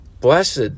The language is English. Blessed